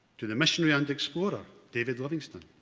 to the missionary and explorer, david livingstone.